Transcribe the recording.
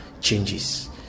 changes